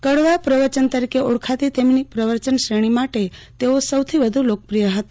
કડવા પ્રવચન તરીકે ઓળખાતી તેમની પ્રવચન શ્રેણી માટે તેઓ સૌથી વધુ લોકપ્રિય હતા